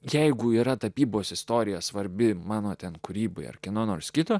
jeigu yra tapybos istorija svarbi mano ten kūrybai ar kieno nors kito